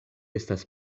estas